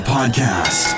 Podcast